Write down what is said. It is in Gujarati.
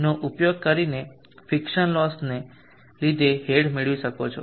નો ઉપયોગ કરીને ફિકશન લોસને લીધે હેડ મેળવી શકો છો